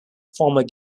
former